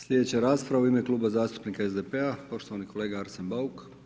Sljedeća rasprava u ime Kluba zastupnika SDP-a, poštovani kolega Arsen Bauk.